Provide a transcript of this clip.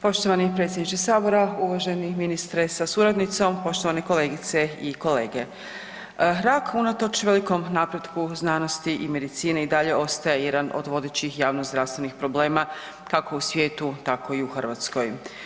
Poštovani predsjedniče sabora, uvaženi ministre sa suradnicom, poštovane kolegice i kolege, rak unatoč velikom napretku znanosti i medicine i dalje ostaje jedan od vodećih javnozdravstvenih problema kako u svijetu tako i u Hrvatskoj.